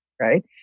right